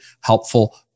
helpful